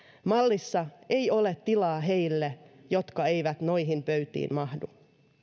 mallissa ei ole tilaa heille jotka eivät noihin pöytiin mahdu